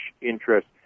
interest